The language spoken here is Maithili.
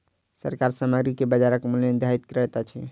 सरकार सामग्री के बजारक मूल्य निर्धारित करैत अछि